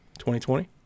2020